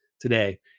today